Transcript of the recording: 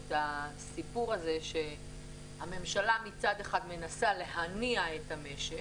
את הסיפור הזה שהממשלה מצד אחד מנסה להניע את המשק